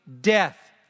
death